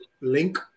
link